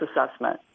assessment